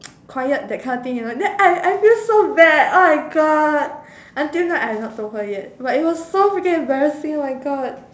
quiet that kind of thing you know then I I feel so bad oh my god until now I have not told her yet but it was so freaking embarrassing oh my god